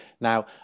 Now